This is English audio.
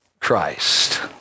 Christ